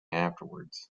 afterwards